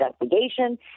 investigation